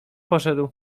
poszedł